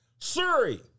Suri